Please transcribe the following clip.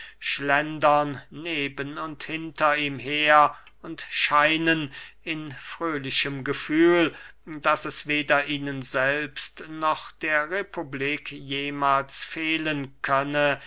schlendern neben und hinter ihm her und scheinen in fröhlichem gefühl daß es weder ihnen selbst noch der republik jemahls fehlen könne